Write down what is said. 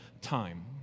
time